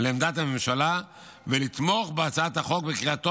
לעמדת הממשלה ולתמוך בהצעת החוק בקריאה טרומית,